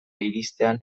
iristean